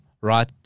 Right